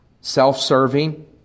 self-serving